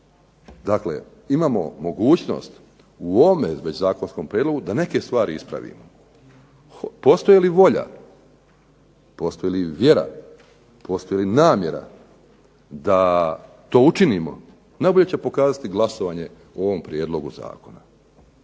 Dakle, imamo mogućnost u ovome već zakonskom prijedlogu da neke stvari ispravimo. Postoji li volja, postoji li vjera, postoji li namjera da to učinimo najbolje će pokazati glasovanje o ovom prijedlogu zakona.